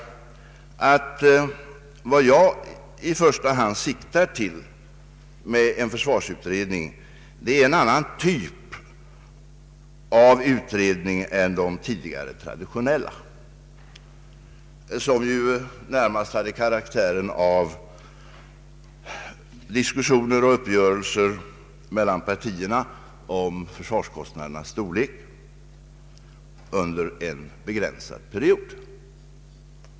Vad jag i första hand siktar till är en annan typ av försvarsutredning än den traditionella, som ju närmast hade karaktären av diskussioner och uppgörelser mellan partierna om försvarskostnadernas storlek under en begränsad period.